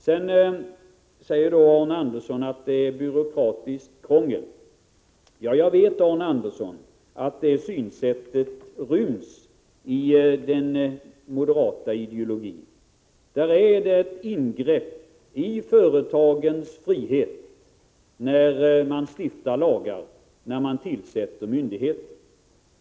Arne Andersson i Ljung säger att det är byråkratiskt krångel. Jag vet, Arne Andersson, att det synsättet inryms i den moderata ideologin. Där är det ett ingrepp i företagens frihet när man stiftar lagar och tillsätter myndigheter.